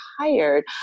tired